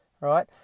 right